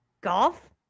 golf